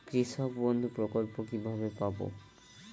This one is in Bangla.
কৃষকবন্ধু প্রকল্প কিভাবে পাব?